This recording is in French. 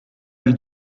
mal